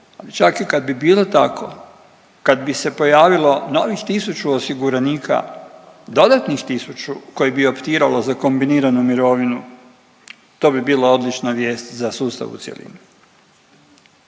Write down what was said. čak i kad bi bilo tako, kad bi se pojavilo novih 1000 osiguranika, dodatnih 1000 koji bi optiralo za kombiniranu mirovinu, to bi bila odlična vijest za sustav u cjelini.